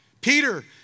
Peter